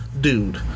dude